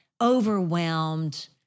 overwhelmed